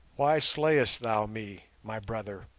why slayest thou me, my brother,